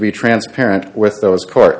be transparent with those court